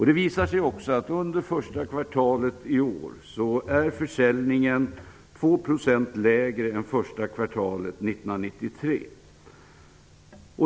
Det visar sig också att försäljningen under första kvartalet i år var 2 % lägre än under första kvartalet 1993.